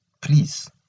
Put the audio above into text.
Please